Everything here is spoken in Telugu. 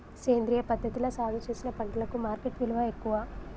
సేంద్రియ పద్ధతిలా సాగు చేసిన పంటలకు మార్కెట్ విలువ ఎక్కువ